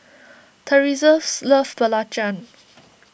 Teressa's loves Belacan